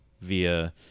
via